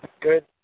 Good